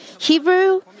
Hebrew